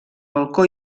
balcó